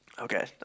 Okay